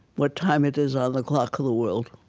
what time it is on the clock of the world